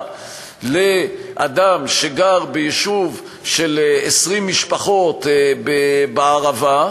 לאדם שגר ביישוב של 20 משפחות בערבה,